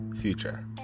future